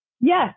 yes